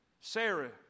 Sarah